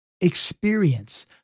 Experience